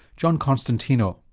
john constantino.